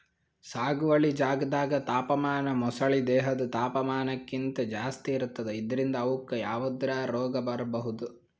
ಸಾಗುವಳಿ ಜಾಗ್ದಾಗ್ ತಾಪಮಾನ ಮೊಸಳಿ ದೇಹದ್ ತಾಪಮಾನಕ್ಕಿಂತ್ ಜಾಸ್ತಿ ಇರ್ತದ್ ಇದ್ರಿಂದ್ ಅವುಕ್ಕ್ ಯಾವದ್ರಾ ರೋಗ್ ಬರ್ಬಹುದ್